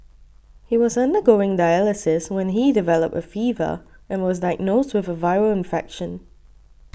he was undergoing dialysis when he developed a fever and was diagnosed with a viral infection